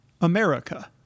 America